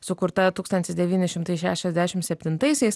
sukurta tūkstantis devyni šimtai šešiasdešim septintaisiais